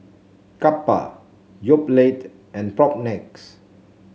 Kappa Yoplait and Propnex